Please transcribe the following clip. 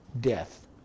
death